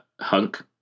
Hunk